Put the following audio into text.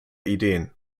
ideen